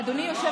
זו בעיה שלך,